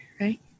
right